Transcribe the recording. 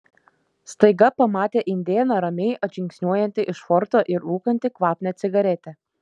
staiga pamatė indėną ramiai atžingsniuojantį iš forto ir rūkantį kvapnią cigaretę